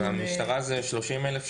במשטרה זה 30,000,